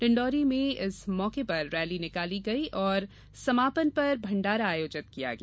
डिण्डोरी में इस मौके पर रैली निकाली गयी और समापन पर भण्डारा आयोजित किया गया